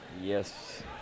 Yes